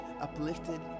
uplifted